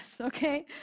okay